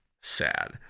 sad